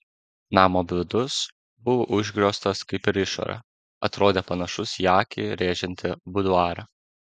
namo vidus buvo užgrioztas kaip ir išorė atrodė panašus į akį rėžiantį buduarą